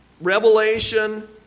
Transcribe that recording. revelation